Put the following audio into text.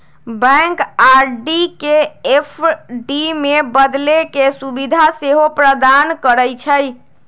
bank RD के FD में बदले के सुभीधा सेहो प्रदान करइ छइ